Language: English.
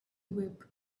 whip